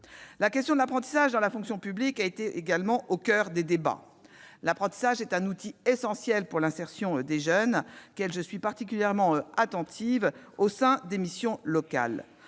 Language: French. La question de l'apprentissage dans la fonction publique a également été au coeur des débats. L'apprentissage est un outil essentiel de l'insertion des jeunes, auquel je suis particulièrement attentive, notamment dans